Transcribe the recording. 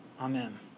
Amen